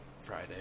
Friday